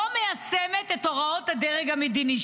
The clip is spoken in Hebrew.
לא מיישמת את הוראות הדרג המדיני.